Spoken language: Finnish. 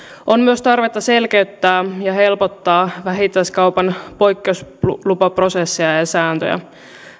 on myös tarvetta selkeyttää ja helpottaa vähittäiskaupan poikkeuslupaprosesseja ja ja sääntöjä